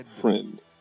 friend